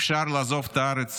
אפשר לעזוב את הארץ